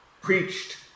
preached